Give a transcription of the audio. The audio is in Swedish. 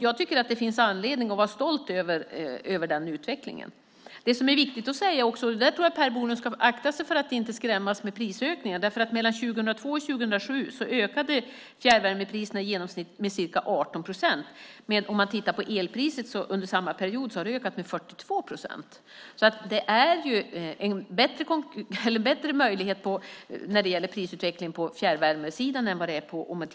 Jag tycker att det finns anledning att vara stolt över den utvecklingen. Det är också viktigt att säga - och där tror jag att Per Bolund ska akta sig för att skrämmas med prisökningar - att fjärrvärmepriserna mellan 2002 och 2007 ökade med i genomsnitt ca 18 procent. Elpriset ökade med 42 procent under samma period. Det finns en bättre möjlighet för prisutvecklingen på fjärrvärmesidan än för elpriset.